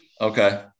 okay